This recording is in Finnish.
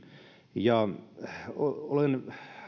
olen